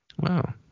wow